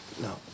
No